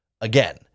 again